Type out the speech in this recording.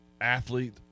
athlete